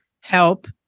help